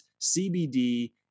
CBD